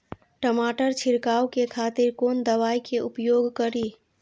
टमाटर छीरकाउ के खातिर कोन दवाई के उपयोग करी?